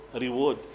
reward